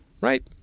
right